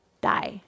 die